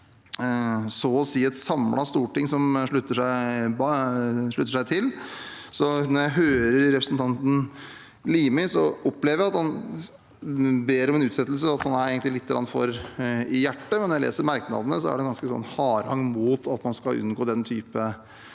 så å si samlet storting som slutter seg til dette. Når jeg hører representanten Limi, opplever jeg at han ber om en utsettelse og egentlig er litt for i hjertet. Når jeg leser merknadene, er det ganske mye av en harang mot at man skal unngå den typen